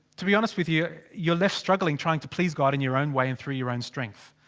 to be honest with you. you're left struggling, trying to please god in your own way, and through your own strength.